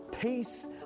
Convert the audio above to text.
peace